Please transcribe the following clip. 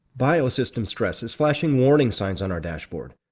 biosystem stress is flashing warning signs on our dashboard.